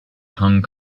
hong